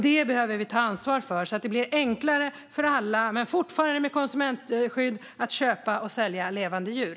Det behöver vi ta ansvar för, så att det blir enklare för alla men fortfarande ett konsumentskydd när man ska köpa och sälja levande djur.